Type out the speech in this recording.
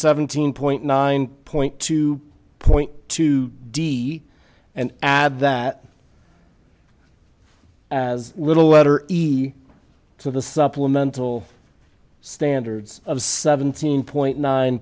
seventeen point nine point two point two d and add that as little letter e to the supplemental standards of seventeen point nine